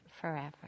forever